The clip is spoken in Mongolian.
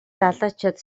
залуучууд